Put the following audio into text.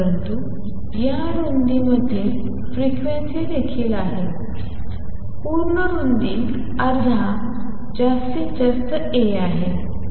परंतु या रूंदीमध्ये फ्रिक्वेन्सी देखील आहे पूर्ण रुंदी अर्धा जास्तीत जास्त ए आहे